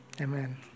Amen